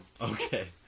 Okay